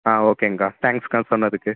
ஆ ஓகேங்க்கா தேங்க்ஸ்க்கா சொன்னதுக்கு